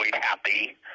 happy